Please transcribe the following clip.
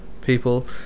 people